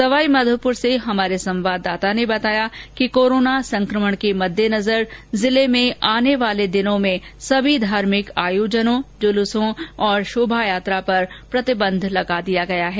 सवाई माधोपुर से हमारे संवाददाता ने बताया कि कोरोना संकमण के मददेनजर जिले में आने वाले दिनों में सभी धार्मिक आयोजनों जुलूसों और शोभायात्रा पर प्रतिबंध लगा दिया गया है